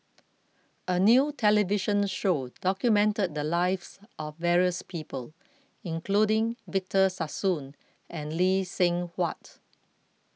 a new television show documented the lives of various people including Victor Sassoon and Lee Seng Huat